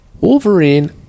Wolverine